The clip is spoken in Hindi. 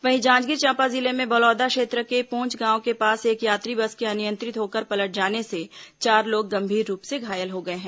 वहीं जांजगीर चांपा जिले में बलौदा क्षेत्र के पोन्च गांव के पास एक यात्री बस के अनियंत्रित होकर पलट जाने से चार लोग गंभीर रूप से घायल हो गए हैं